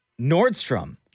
Nordstrom